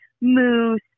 moose